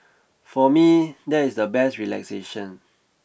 for me that is the best relaxation